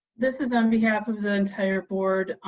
this is on behalf of the entire board,